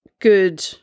good